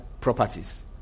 properties